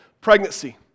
pregnancy